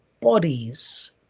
bodies